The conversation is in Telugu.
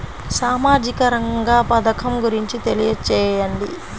సామాజిక రంగ పథకం గురించి తెలియచేయండి?